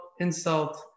insult